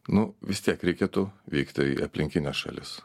nu vis tiek reikėtų vykti į aplinkines šalis